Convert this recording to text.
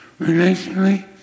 Relationally